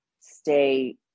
stay